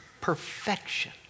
Perfection